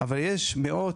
אבל יש מאות,